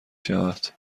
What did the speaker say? شود